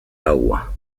agua